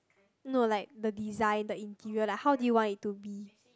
no like the design the interior like how you do you want it to be